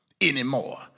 anymore